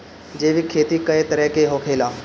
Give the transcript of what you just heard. जैविक खेती कए तरह के होखेला?